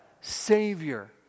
Savior